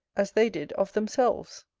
as they did of themselves.